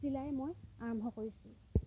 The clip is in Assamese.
চিলাই মই আৰম্ভ কৰিছোঁ